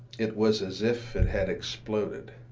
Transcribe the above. it was as if it had exploded.